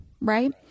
Right